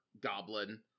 Goblin